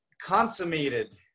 consummated